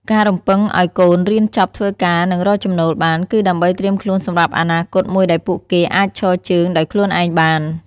ការរំពឹងឲ្យកូនរៀនចប់ ធ្វើការ និងរកចំណូលបាន គឺដើម្បីត្រៀមខ្លួនសម្រាប់អនាគតមួយដែលពួកគេអាចឈរជើងដោយខ្លួនឯងបាន។